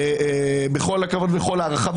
בכל הכבוד וכל הערכה,